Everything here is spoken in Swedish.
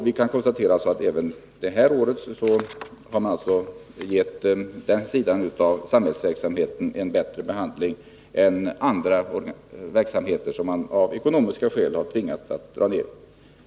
Vi kan konstatera att den sidan av samhällsverksamheten även det här året har fått en bättre behandling än andra verksamheter, som man av ekonomiska skäl har tvingats att dra ner på.